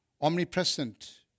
omnipresent